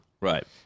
Right